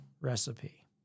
Recipe